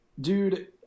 Dude